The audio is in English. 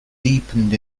deepened